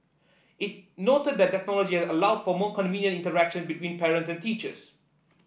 it noted that technology has allowed for more convenient interaction between parents and teachers